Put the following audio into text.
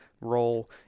role